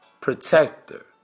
protector